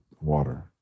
water